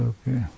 Okay